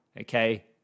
okay